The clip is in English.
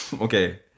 Okay